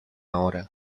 ahora